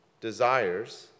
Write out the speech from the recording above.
desires